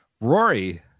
Rory